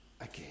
again